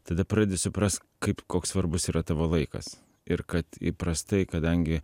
tada pradedi suprast kaip koks svarbus yra tavo laikas ir kad įprastai kadangi